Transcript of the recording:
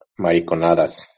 mariconadas